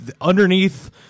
underneath